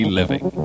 living